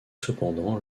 cependant